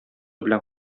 белән